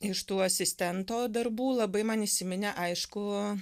iš tų asistento darbų labai man įsiminė aišku